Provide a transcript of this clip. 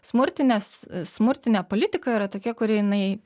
smurtinės smurtinė politika yra tokia kuri jinai